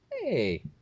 Hey